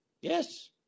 Yes